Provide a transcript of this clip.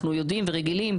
אנחנו יודעים ורגילים,